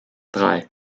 drei